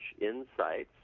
insights